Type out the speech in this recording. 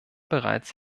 bereits